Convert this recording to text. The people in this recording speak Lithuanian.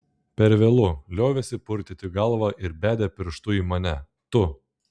per vėlu liovėsi purtyti galvą ir bedė pirštu į mane tu